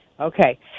Okay